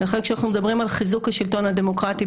לכן כשאנחנו מדברים על חיזוק השלטון הדמוקרטי,